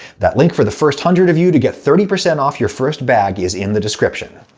that link for the first hundred of you to get thirty percent off your first bag is in the description.